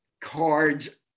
cards